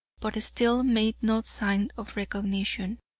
but still made no sign of recognition.